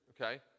okay